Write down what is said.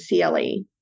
CLE